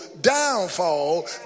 downfall